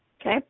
Okay